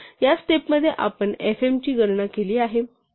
या स्टेप मध्ये आपण fm ची गणना केली आहे